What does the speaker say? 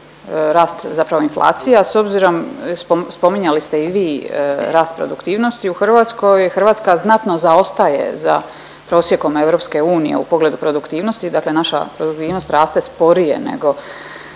rast zapravo inflacije, a s obzirom spominjali ste i vi rast produktivnosti u Hrvatskoj, Hrvatska znatno zaostaje za prosjekom EU u pogledu produktivnosti, dakle naša … raste sporije nego